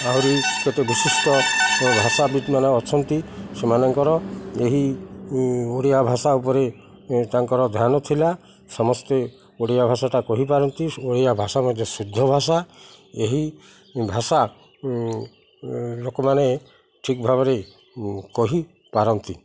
ଆହୁରି କେତେ ବିଶିଷ୍ଟ ଭାଷାବିତ୍ତମାନେ ଅଛନ୍ତି ସେମାନଙ୍କର ଏହି ଓଡ଼ିଆ ଭାଷା ଉପରେ ତାଙ୍କର ଧ୍ୟାନ ଥିଲା ସମସ୍ତେ ଓଡ଼ିଆ ଭାଷାଟା କହିପାରନ୍ତି ଓଡ଼ିଆ ଭାଷା ମଧ୍ୟ ଶୁଦ୍ଧ ଭାଷା ଏହି ଭାଷା ଲୋକମାନେ ଠିକ୍ ଭାବରେ କହିପାରନ୍ତି